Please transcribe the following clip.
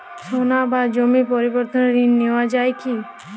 সোনা বা জমির পরিবর্তে ঋণ নেওয়া যায় কী?